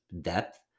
depth